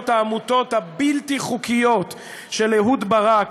העמותות הבלתי-חוקיות של אהוד ברק,